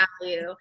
value